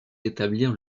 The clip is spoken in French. d’établir